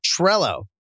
Trello